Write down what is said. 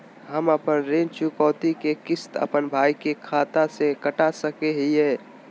हम अपन ऋण चुकौती के किस्त, अपन भाई के खाता से कटा सकई हियई?